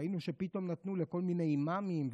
ראינו שפתאום נתנו לכל מיני אימאמים,